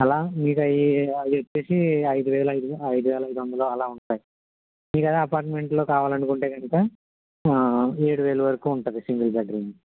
అలా మీకు అవి అవి వచ్చేసి ఐదు వేలు ఐదు వేల ఐదు వేల ఐదు వందలు అలా ఉంటాయి మీకు అదే అపార్ట్మెంట్లో కావాలి అనుకుంటే గనుక ఏడు వేలు వరుకు ఉంటుంది సింగిల్ బెడ్రూమ్